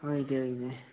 होई गेदे होई गेदे